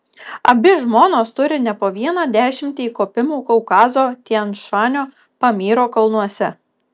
abi žmonos turi ne po vieną dešimtį įkopimų kaukazo tian šanio pamyro kalnuose